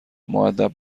مودب